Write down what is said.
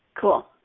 cool